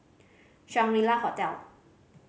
Shangri La Hotel